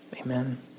Amen